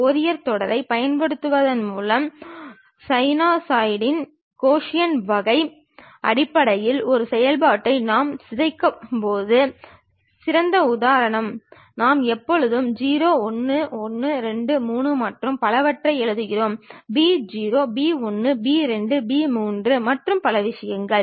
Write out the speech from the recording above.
Fourier தொடரைப் பயன்படுத்துவதன் மூலம் சைனூசாய்டல் கொசைன் வகை அடிப்படையில் ஒரு செயல்பாட்டை நாம் சிதைக்கும்போது சிறந்த உதாரணம் நாம் எப்போதும் 0 1 1 2 3 மற்றும் பலவற்றை எழுதுகிறோம் b 0 b 1 b 2 b 3 மற்றும் பல விஷயங்கள்